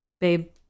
Babe